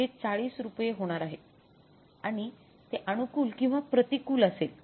हे 40 रुपये होणार आहे आणि ते अनुकूल किंवा प्रतिकूल असेल